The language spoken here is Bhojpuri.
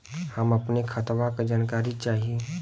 हम अपने खतवा क जानकारी चाही?